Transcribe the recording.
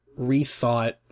rethought